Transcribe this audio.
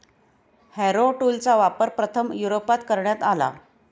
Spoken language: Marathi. हॅरो टूलचा वापर प्रथम युरोपात करण्यात आला